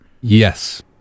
yes